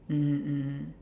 mmhmm mmhmm